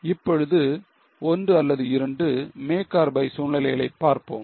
இப்பொழுது ஒன்று அல்லது இரண்டு make or buy சூழ்நிலைகளை பார்ப்போம்